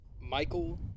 Michael